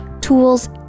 tools